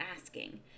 asking